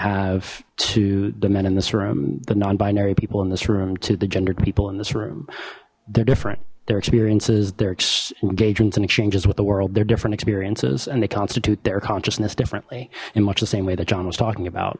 have to the men in this room the non binary people in this room to the gendered people in this room they're different their experiences their engagements and exchanges with the world they're different experiences and they constitute their consciousness differently in much the same way that john was talking about